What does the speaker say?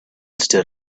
stood